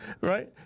right